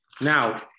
now